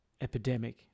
epidemic